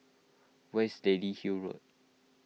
where's Lady Hill Road